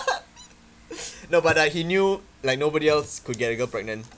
no but uh he knew like nobody else could get a girl pregnant